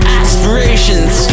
aspirations